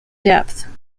depth